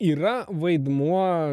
yra vaidmuo